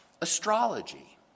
Astrology